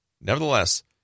Nevertheless